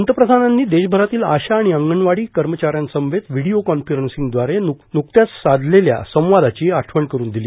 पंतप्रधानांनी देशभरातील आशा आणि अंगणवाडी कर्मचाऱ्यांसमवेत व्हिडिओ कॉन्फरन्सिंगद्वारे नुकत्याच साधलेल्या संवादाची आठवण करुन दिली